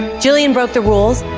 jillian broke the rules